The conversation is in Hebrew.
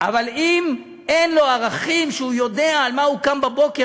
אבל אם אין לו ערכים שהוא יודע למה הוא קם בבוקר,